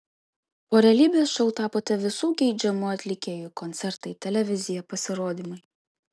po realybės šou tapote visų geidžiamu atlikėju koncertai televizija pasirodymai